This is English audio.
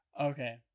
okay